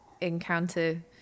encounter